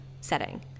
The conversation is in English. setting